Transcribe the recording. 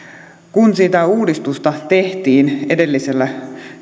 kun sitä uudistusta tehtiin edellisellä